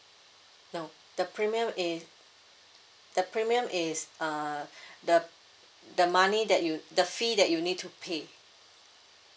no the premium is the premium is uh the the money that you the fee that you need to pay